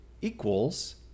equals